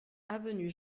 avenue